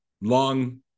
long